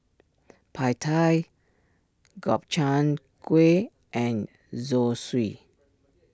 Pad Thai Gobchang Gui and Zosui